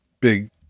big